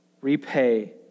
repay